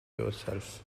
yourself